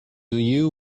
you